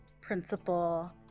principal